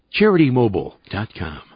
CharityMobile.com